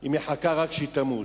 היא מחכה רק שהיא תמות.